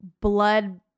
blood